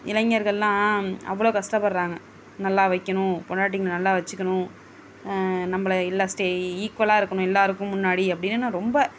இளைஞர்கள்லாம் அவ்வளோ கஷ்டப்படுகிறாங்க நல்லா வைக்கணும் பொண்டாட்டிங்களை நல்லா வைச்சுக்கணும் நம்மளை எல்லாம் ஈக்குவலாக இருக்கணும் எல்லோருக்கும் முன்னாடி அப்படின்னு ரொம்ப